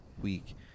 week